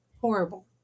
horrible